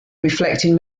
reflecting